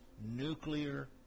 nuclear